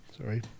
Sorry